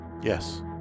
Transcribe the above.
yes